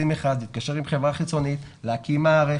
להקים מערכת,